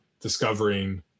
discovering